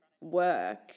work